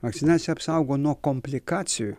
vakcinacija apsaugo nuo komplikacijų